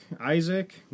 Isaac